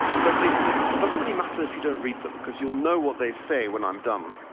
but it it doesn't really matter if you don't read them, because you'll know what they say when i'm done.